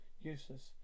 Useless